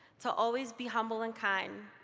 to always be humble and kind,